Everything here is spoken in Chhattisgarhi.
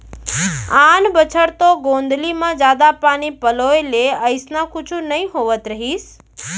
आन बछर तो गोंदली म जादा पानी पलोय ले अइसना कुछु नइ होवत रहिस